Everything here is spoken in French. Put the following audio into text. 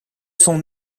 son